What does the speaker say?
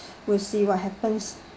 we'll see what happens